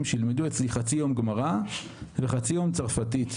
שילמדו אצלי חצי יום גמרא וחצי יום צרפתית,